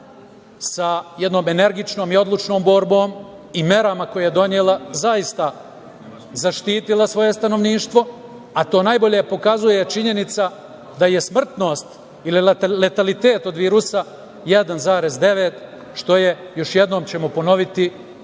sa jednom energičnom i odlučno borbom i merama koje je donela zaista zaštitila svoje stanovništvo, a to najbolje pokazuje činjenica da je smrtnost ili letalitet od virusa 1,9%, što je, još jednom ćemo ponoviti,